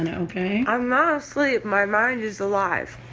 and okay? i'm not asleep. my mind is alive.